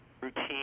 routine